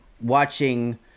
watching